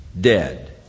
Dead